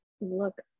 Look